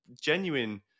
genuine